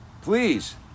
Please